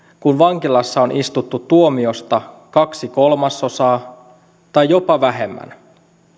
kun vankilassa on istuttu tuomiosta kaksi kolmasosaa tai jopa vähemmän